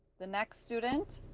the next student